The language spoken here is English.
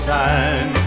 time